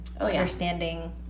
understanding